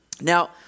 Now